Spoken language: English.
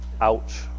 Ouch